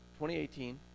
2018